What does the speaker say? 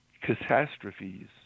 catastrophes